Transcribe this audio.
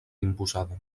imposada